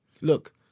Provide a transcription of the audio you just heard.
Look